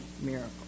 miracle